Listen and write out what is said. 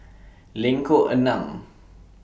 Lengkok Enam